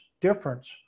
difference